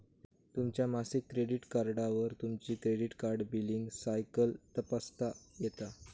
तुमच्या मासिक क्रेडिट कार्डवर तुमची क्रेडिट कार्ड बिलींग सायकल तपासता येता